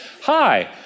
Hi